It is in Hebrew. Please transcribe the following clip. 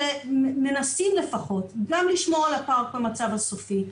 שמנסים לפחות גם לשמור על הפארק במצב הסופי,